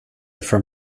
from